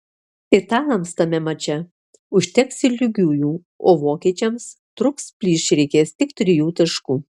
italams tame mače užteks ir lygiųjų o vokiečiams trūks plyš reikės tik trijų taškų